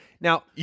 Now